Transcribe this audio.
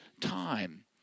time